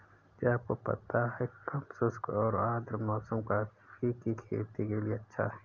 क्या आपको पता है कम शुष्क और आद्र मौसम कॉफ़ी की खेती के लिए अच्छा है?